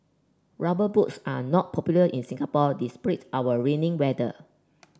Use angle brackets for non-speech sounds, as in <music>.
rubber boots are not popular in Singapore <unintelligible> our rainy weather